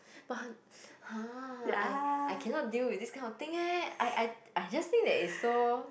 but her !huh! I I cannot deal with this kind of thing eh I I I just think that it's so